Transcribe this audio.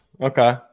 Okay